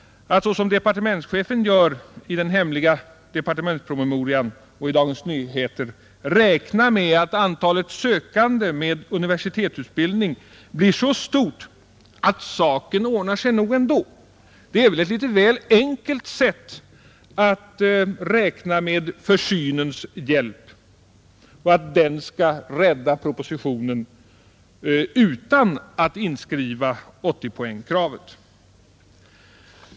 Att såsom departementschefen gör i den hemliga departementspromemorian och i Dagens Nyheter räkna med att antalet sökande med universitetsutbildning blir så stort att saken nog ordnar sig ändå, är att göra det väl enkelt för sig. Han räknar tydligen med att försynen skall rädda propositionen utan att man behöver i bestämmelserna inskriva 80-poängskravet.